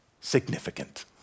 significant